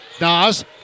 Nas